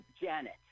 Janet